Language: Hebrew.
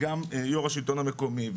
יושב ראש השלטון המקומי,